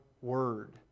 Word